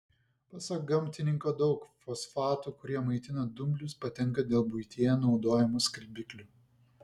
pasak gamtininko daug fosfatų kurie maitina dumblius patenka dėl buityje naudojamų skalbiklių